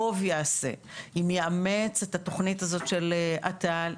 טוב יעשה אם יאמץ את התוכנית הזו של אט"ל.